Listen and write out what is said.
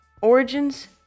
origins